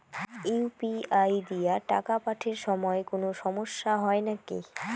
UPI দিয়া টাকা পাঠের সময় কোনো সমস্যা হয় নাকি?